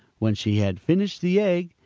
when she had finished the egg,